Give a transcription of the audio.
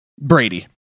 brady